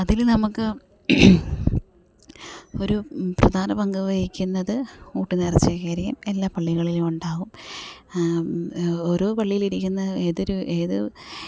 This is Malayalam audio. അതിൽ നമുക്ക് ഒരു പ്രധാന പങ്കു വഹിക്കുന്നത് ഊട്ട് നേർച്ചക്കായിരിക്കും എല്ലാ പള്ളികളിലുമുണ്ടാകും ഓരോ പള്ളിയിലിരിക്കുന്ന എതൊരു ഏതൊരു